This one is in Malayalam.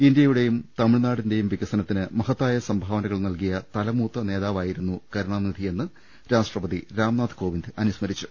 ഇന്ത്യയുടെയും തമിഴ്നാടിന്റെയും വികസനത്തിന് മഹത്തായ സംഭാവനകൾ നൽകിയ തലമൂത്ത നേതാവായിരുന്നു കരു ണാനിധിയെന്ന് രാഷ്ട്രപതി രാംനാഥ് കോവിന്ദ് അനുസ്മരിച്ചു